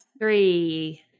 Three